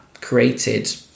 created